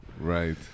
right